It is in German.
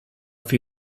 für